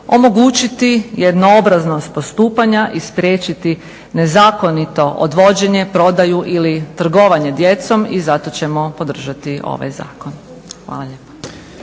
omogućiti jednoobraznost postupanja i spriječiti nezakonito odvođenje, prodaju ili trgovanje djecom i zato ćemo podržati ovaj zakon. Hvala lijepa.